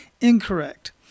incorrect